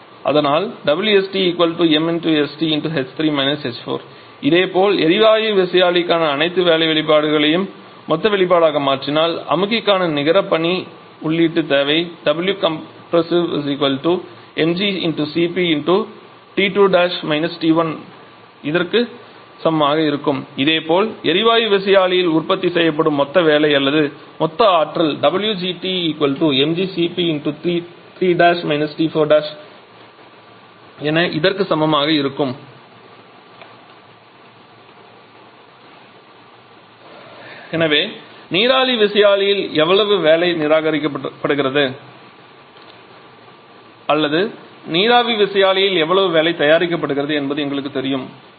அதனால் 𝑊𝑆𝑇 𝑚𝑆𝑇 ℎ3 − ℎ4 இதேபோல் எரிவாயு விசையாழிக்கான அனைத்து வேலை வெளிப்பாடுகளையும் மொத்த வெளிப்பாடாக மாற்றினால் அமுக்கிக்கான நிகர பணி உள்ளீட்டு தேவை 𝑊𝑐𝑜𝑚𝑝 𝑚𝑔 𝐶𝑝 𝑇2′ − 𝑇1 இதற்கு சமமாக இருக்கும் இதேபோல் எரிவாயு விசையாழியால் உற்பத்தி செய்யப்படும் மொத்த வேலை அல்லது மொத்த ஆற்றல் 𝑊𝐺𝑇 𝑚𝑔𝐶𝑝 𝑇3′ − 𝑇4′ இதற்கு சமமாக இருக்கும் எனவே நீராவி விசையாழியால் எவ்வளவு வேலை நிராகரிக்கப்படுகிறது அல்லது நீராவி விசையாழியால் எவ்வளவு வேலை தயாரிக்கப்படுகிறது என்பது எங்களுக்குத் தெரியும்